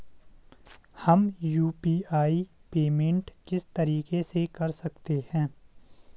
हम UPI payment किस तरीके से कर सकते हैं?